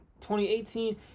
2018